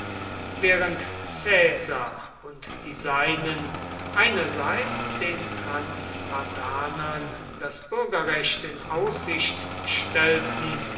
während caesar und die seinen einerseits den transpadanern das bürgerrecht in aussicht stellten